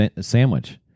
sandwich